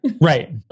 Right